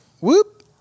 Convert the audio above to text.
whoop